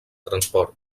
transport